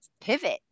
pivot